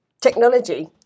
Technology